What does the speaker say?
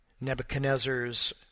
Nebuchadnezzar's